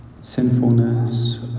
sinfulness